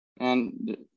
and-